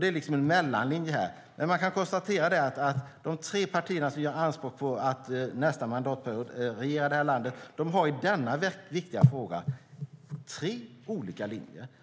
Det är alltså en mellanlinje. Man kan konstatera att de tre partier som gör anspråk på att nästa mandatperiod regera det här landet har i denna viktiga fråga tre olika linjer.